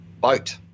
boat